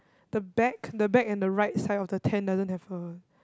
the back the bag in the right side of the tent doesn't have a